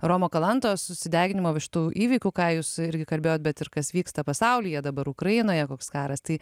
romo kalantos susideginimo va šitų įvykių ką jūs irgi kalbėjot bet ir kas vyksta pasaulyje dabar ukrainoje koks karas tai